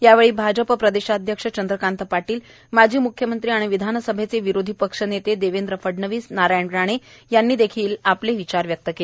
यावेळी भाजप प्रदेशाध्यक्ष चंद्रकांत पाटील माजी म्ख्यमंत्री आणि विधानसभेचे विरोधी पक्षनेते देवेंद्र फडणवीस नारायण राणे यांनी देखील आपले विचार व्यक्त केले